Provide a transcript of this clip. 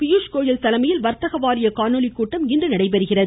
பியூஷ்கோயல் தலைமையில் வர்த்தக வாரிய காணொலி கூட்டம் இன்று நடைபெறுகிறது